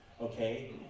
Okay